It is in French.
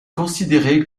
considérée